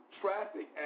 traffic